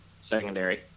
secondary